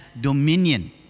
dominion